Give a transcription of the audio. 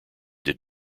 did